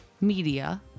media